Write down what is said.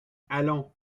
allons